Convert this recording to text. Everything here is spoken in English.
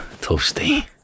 Toasty